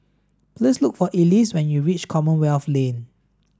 please look for Elease when you reach Commonwealth Lane